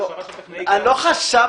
והכשרה של טכנאי גז --- לא חשבנו.